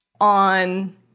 on